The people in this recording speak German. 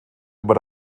über